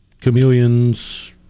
chameleons